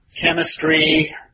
Chemistry